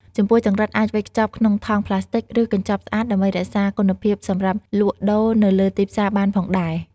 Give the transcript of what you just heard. ចំពោះចង្រិតអាចវេចខ្ចប់ក្នុងថង់ប្លាស្ទិក ឬកញ្ចប់ស្អាតដើម្បីរក្សាគុណភាពសម្រាប់លក់ដូរនៅលើទីផ្សារបានផងដែរ។